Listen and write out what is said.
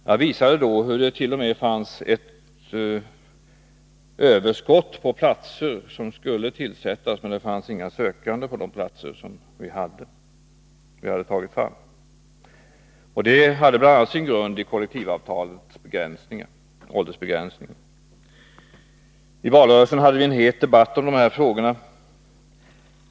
Jag visade då hur det t.o.m. fanns ett överskott på platser som vi hade tagit fram och som skulle besättas men där det inte fanns några sökande. Det hade bl.a. sin grund i kollektivavtalens begränsningar, åldersbegränsningen. I valrörelsen hade vi en het debatt om de här frågorna.